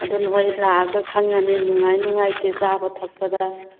ꯑꯗꯨ ꯅꯈꯣꯏ ꯂꯥꯛꯂꯒ ꯈꯪꯂꯅꯤ ꯅꯨꯡꯉꯥꯏ ꯅꯨꯡꯉꯥꯏꯇꯦ ꯆꯥꯕ ꯊꯛꯄꯗ